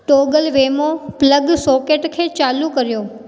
toggle वेमो plug socket खे चालू करियो